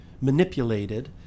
manipulated